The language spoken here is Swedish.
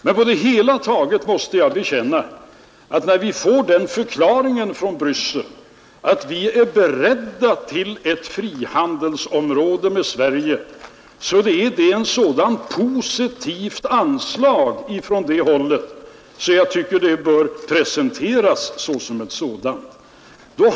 Men på det hela taget vill jag säga, att när vi nu har fått en förklaring från Bryssel att man där är beredd att etablera ett frihandelsområde med Sverige, så är detta ett så positivt anslag att jag tycker att det bör presenteras som ett sådant.